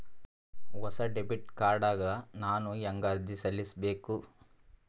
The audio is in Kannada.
ಹೊಸ ಡೆಬಿಟ್ ಕಾರ್ಡ್ ಗ ನಾನು ಹೆಂಗ ಅರ್ಜಿ ಸಲ್ಲಿಸಬೇಕು?